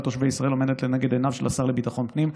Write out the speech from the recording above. תושבי ישראל עומדת לנגד עיניו של השר לביטחון הפנים.